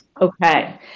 Okay